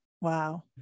wow